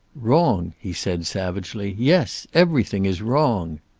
wrong? he said, savagely. yes. everything is wrong!